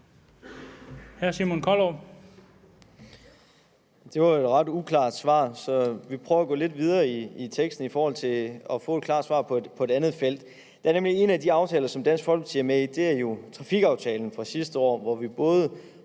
Simon Kollerup (S): Det var jo et ret uklart svar, så jeg prøver at gå lidt videre i teksten for at få et klart svar på et andet felt. En af de aftaler, som Dansk Folkeparti er med i, er jo trafikaftalen fra sidste år, hvor vi både